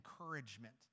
encouragement